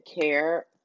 care